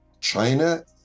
China